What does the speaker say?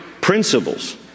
principles